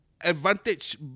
advantage